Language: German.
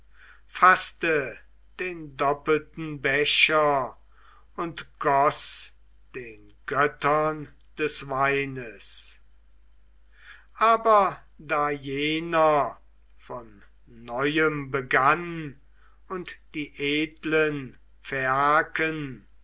faßte den doppelten becher und goß den göttern des weines aber da jener von neuem begann und die edlen